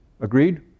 Agreed